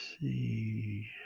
see